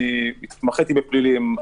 אני התמחיתי בפלילים,